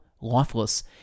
Lifeless